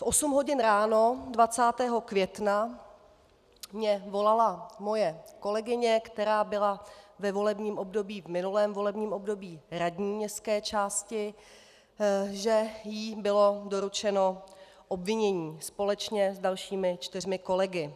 V osm hodin ráno 20. května mě volala moje kolegyně, která byla ve volebním období, v minulém volebním období, radní městské části, že jí bylo doručeno obvinění společně s dalšími čtyřmi kolegy.